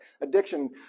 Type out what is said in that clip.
Addiction